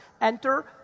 Enter